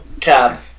cab